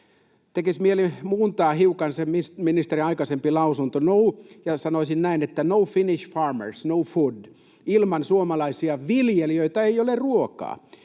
Tekisi mieli hiukan muuntaa ministerin aikaisempaa lausuntoa, ja sanoisin näin, että ”no Finnish farmers, no food”: ilman suomalaisia viljelijöitä ei ole ruokaa.